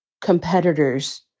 competitors